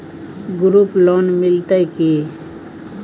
Group loan मिलतै की?